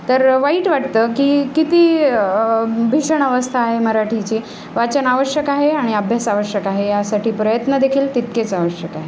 तर वाईट वाटतं की किती भीषण अवस्था आहे मराठीची वाचन आवश्यक आहे आणि अभ्यास आवश्यक आहे यासाठी प्रयत्नदेखील तितकेच आवश्यक आहेत